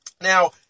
Now